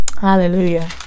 Hallelujah